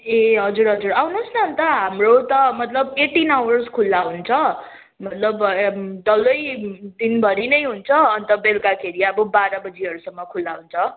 ए हजुर हजुर आउनुहोस् न अन्त हाम्रो त मतलब एटिन आवर्स खुल्ला हुन्छ मतलब डल्लै दिनभरि नै हुन्छ अन्त बेलुकाखेरि अब बाह्र बजीहरूसम्म खुल्ला हुन्छ